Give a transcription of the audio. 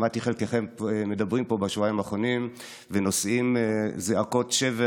שמעתי את חלקכם מדברים פה בשבועיים האחרונים ונושאים זעקות שבר